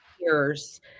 years